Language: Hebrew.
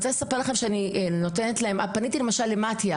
אני רוצה לספר לכם שפניתי למשל למתי"א